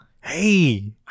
Hey